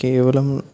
కేవలం